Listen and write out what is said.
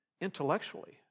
intellectually